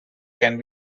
can